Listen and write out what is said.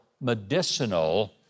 medicinal